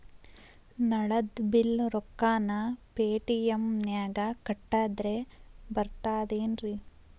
ನಳದ್ ಬಿಲ್ ರೊಕ್ಕನಾ ಪೇಟಿಎಂ ನಾಗ ಕಟ್ಟದ್ರೆ ಬರ್ತಾದೇನ್ರಿ?